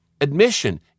admission